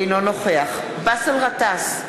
אינו נוכח באסל גטאס,